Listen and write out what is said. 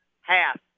half